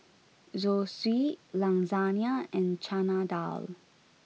Zosui Lasagna and Chana Dal